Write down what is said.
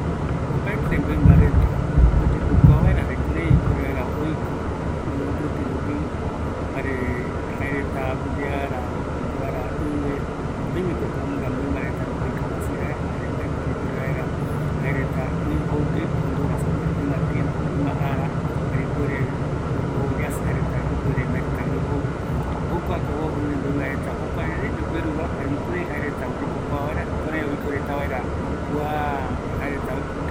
Opaete mɨmba reta oyepokua vaera oiko ɨvɨtïti rupi, jaeko omkoyekuatako jete, oimeko guinoï reta mbaepuere oñovatu reta ɨ jou yave, omboyepokuako jete reta, jareko jokuaraeño oureta kuanunga peguara